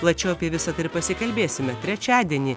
plačiau apie visa tai ir pasikalbėsime trečiadienį